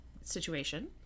situation